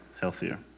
healthier